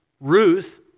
Ruth